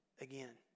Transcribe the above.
again